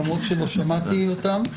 למרות שלא שמעתי אותם.